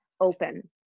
open